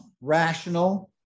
rational